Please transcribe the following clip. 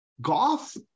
golf